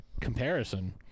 comparison